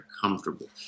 comfortable